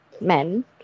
men